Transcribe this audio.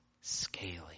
Scaly